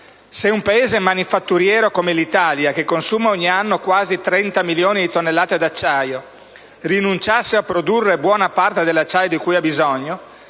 Se un Paese manifatturiero come l'Italia, che consuma ogni anno quasi 30 milioni di tonnellate d'acciaio, rinunciasse a produrre buona parte dell'acciaio di cui ha bisogno,